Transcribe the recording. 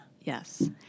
Yes